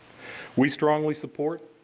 we strongly support